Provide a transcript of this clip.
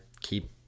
keep